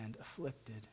afflicted